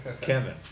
Kevin